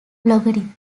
logarithm